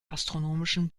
astronomischen